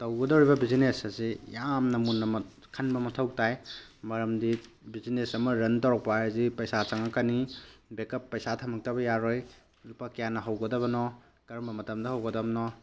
ꯇꯧꯒꯗꯧꯔꯤꯕ business ꯑꯁꯤ ꯌꯥꯝꯅ ꯃꯨꯟꯅ ꯈꯟꯕ ꯃꯊꯧ ꯇꯥꯏ ꯃꯔꯃꯗꯤ ꯕꯤꯖꯤꯅꯦꯁ ꯑꯃ ꯔꯟ ꯇꯧꯔꯛꯄ ꯍꯥꯏꯕꯁꯤ ꯄꯩꯁꯥ ꯆꯪꯉꯛꯀꯅꯤ ꯕꯦꯛꯀꯞ ꯄꯩꯁꯥ ꯊꯝꯃꯛꯇꯕ ꯌꯥꯔꯣꯏ ꯂꯨꯄꯥ ꯀꯌꯥꯅ ꯍꯧꯒꯗꯕꯅꯣ ꯀꯔꯝꯕ ꯃꯇꯝꯗ ꯍꯧꯒꯗꯝꯅꯣ